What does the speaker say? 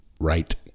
Right